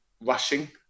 rushing